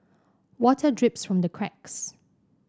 water drips from the cracks